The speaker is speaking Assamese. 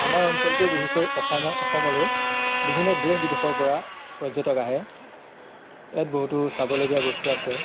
আমাৰ অঞ্চলটো বিশেষকৈ অসমৰ অসমলৈ বিভিন্ন দেশ বিদেশৰপৰা পৰ্যটক আহে ইয়াত বহুতো চাবলগীয়া বস্তু আছে